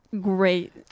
great